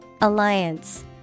Alliance